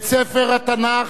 את ספר התנ"ך,